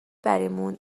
بریمون